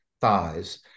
thighs